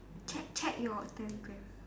check your telegram